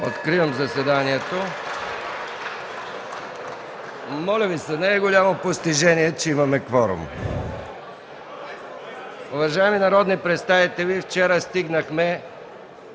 Откривам заседанието. (Звъни.) Моля Ви се, не е голямо постижение, че имаме кворум. Уважаеми народни представители вчера стигнахме